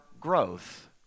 growth